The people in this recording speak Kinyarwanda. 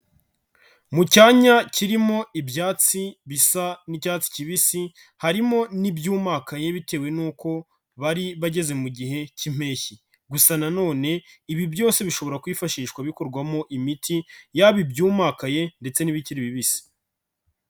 Mu cyanya kirimo ibyatsi bisa n'icyatsi kibisi, harimo n'ibyumakaye bitewe n'uko bari bageze mu gihe cy'impeshyi gusa nanone ibi byose bishobora kwifashishwa bikorwamo imiti, yaba ibyumakaye ndetse n'ibikiri bibisi.